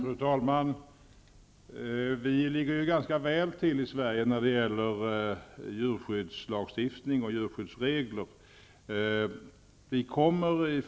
Fru talman! Vi ligger ganska väl till i Sverige när det gäller djurskyddslagstiftning och djurskyddsregler.